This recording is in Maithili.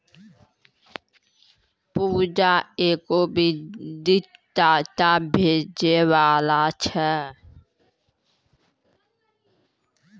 पूजा एगो वित्तीय डेटा बेचैबाली छै